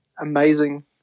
amazing